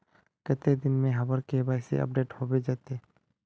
कते दिन में हमर के.वाई.सी अपडेट होबे जयते?